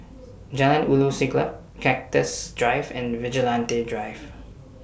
Jalan Ulu Siglap Cactus Drive and Vigilante Drive